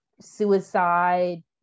suicide